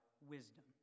wisdom